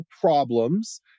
problems